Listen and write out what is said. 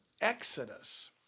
Exodus